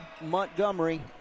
Montgomery